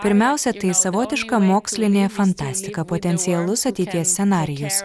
pirmiausia tai savotiška mokslinė fantastika potencialus ateities scenarijus